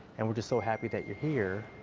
and we're just so happy that you're here.